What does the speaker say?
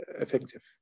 effective